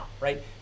right